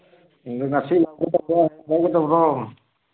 ꯉꯁꯤ ꯂꯧꯒꯗꯕ꯭ꯔꯣ ꯍꯌꯦꯡ ꯂꯧꯒꯗꯕ꯭ꯔꯣ